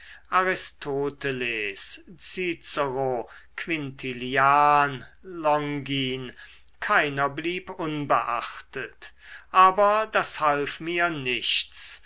aristoteles cicero quintilian longin keiner blieb unbeachtet aber das half mir nichts